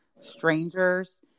strangers